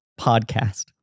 podcast